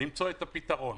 למצוא את הפתרון.